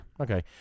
Okay